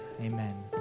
amen